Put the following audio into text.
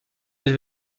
les